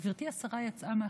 גברתי השרה יצאה מהחדר?